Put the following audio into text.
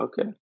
Okay